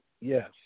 yes